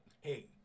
Hey